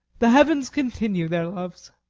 the heavens continue their loves!